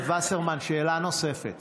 וסרמן, שאלה נוספת.